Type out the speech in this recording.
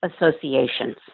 associations